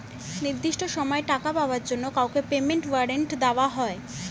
নির্দিষ্ট সময়ে টাকা পাওয়ার জন্য কাউকে পেমেন্ট ওয়ারেন্ট দেওয়া হয়